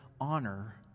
honor